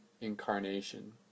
incarnation